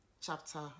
chapter